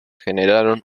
generaron